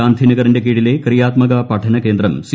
ഗാന്ധിനഗറിന്റെ കീഴിലെ ക്രിയാത്മക പഠന കേന്ദ്രം സി